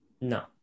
No